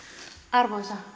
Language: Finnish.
arvoisa